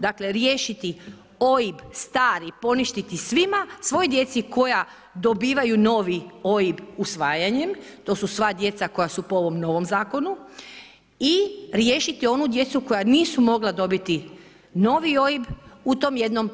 Dakle, riješiti OIB stari, poništiti svima, svoj djeci koja dobivaju novi OIB usvajanjem, to su sva djeca koja su po ovom novom zakonu i riješiti onu djeca koja nisu mogla dobiti novi OIB u toj jednoj